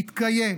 יתקיים